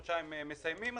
חודשיים מסיימים,